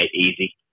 easy